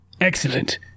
Excellent